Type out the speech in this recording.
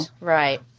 Right